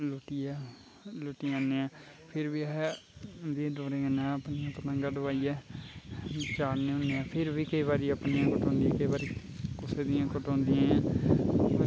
लुट्टियै लुट्टी लैनेआं फिर बी आहें उंदियें डोरें कन्नै पतंगा डोआइयै चाढ़ने होन्ने आं फिर बी केई बारी अपनियां कटोंदियां केई बारी कुसे दियां कटोंदियां